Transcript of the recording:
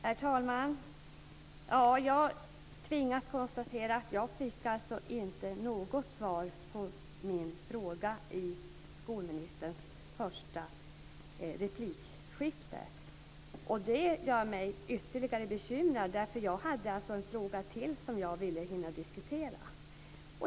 Herr talman! Jag tvingas konstatera att jag inte fick något svar på min fråga i skolministerns första replikskifte. Det gör mig ytterligare bekymrad, eftersom jag hade ännu en fråga som jag ville diskutera.